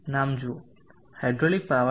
નામ જુઓ hydraulic power